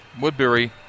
Woodbury